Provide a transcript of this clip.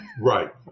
Right